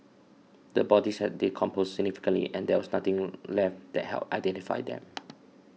the bodies had decomposed significantly and there was nothing left that helped identify them